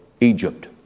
Egypt